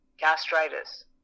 gastritis